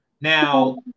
Now